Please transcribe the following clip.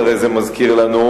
זה יום האהבה?